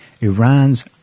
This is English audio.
Iran's